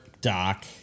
doc